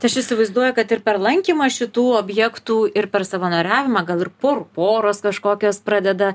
tai aš įsivaizduoju kad ir per lankymą šitų objektų ir per savanoriavimą gal ir por poros kažkokios pradeda